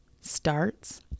starts